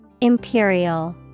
Imperial